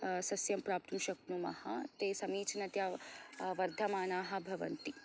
सस्यं प्राप्तुं शक्नुमः ते समीचिनतया वर्धमानाः भवन्ति